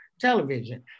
television